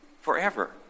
Forever